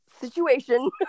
situation